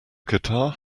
guitar